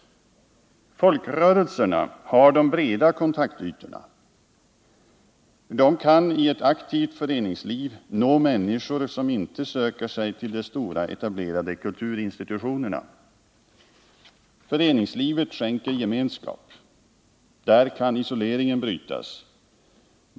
Folkrörelserna har de breda kontaktytorna. De kani ett aktivt föreningsliv nå människor som inte söker sig till de stora etablerade kulturinstitutionerna. Föreningslivet skänker gemenskap. Där kan isoleringen brytas.